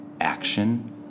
Action